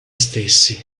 stessi